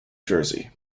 jersey